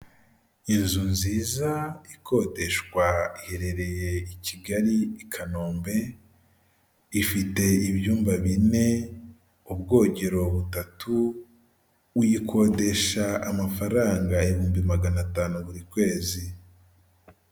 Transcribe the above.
Nimba ufite telefone uzakore uko ushoboye umenye kuyikoresha wandika ibintu byinshi bitandukanye mu mabara atandukanye bizatuma uyibyaza umusaruro uhagije.